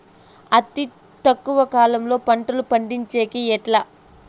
అతి తక్కువ కాలంలో పంటలు పండించేకి ఎట్లా?